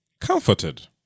comforted